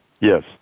Yes